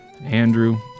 Andrew